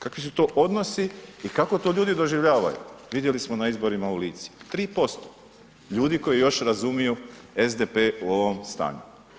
Kakvi su to odnosi i kako to ljudi doživljavaju vidjeli smo na izborima u Lici. 3% ljudi koji još razumiju SDP-e u ovom stanju.